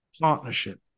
partnership